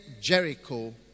Jericho